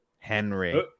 Henry